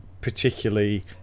particularly